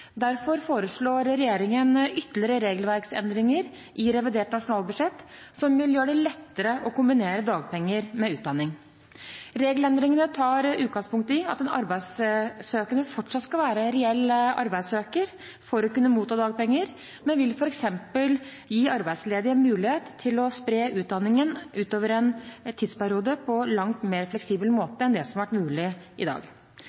Derfor foreslår regjeringen ytterligere regelverksendringer i revidert nasjonalbudsjett som vil gjøre det lettere å kombinere dagpenger med utdanning. Regelendringene tar utgangspunkt i at den arbeidssøkende fortsatt skal være reell arbeidssøker for å kunne motta dagpenger, men vil f.eks. gi arbeidsledige mulighet til å spre utdanningen utover en tidsperiode på en langt mer fleksibel måte enn det som har vært mulig i dag.